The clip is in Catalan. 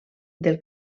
del